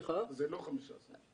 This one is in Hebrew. זה לא מדויק, זה לא 15 מיליון.